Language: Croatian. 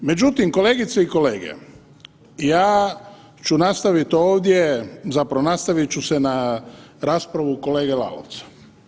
Međutim, kolegice i kolege ja ću nastaviti ovdje, zapravo nastaviti ću se na raspravu kolege Lalovca.